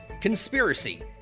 conspiracy